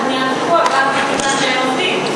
ענף הבנייה תקוע רק מפני שאין עובדים,